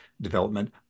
development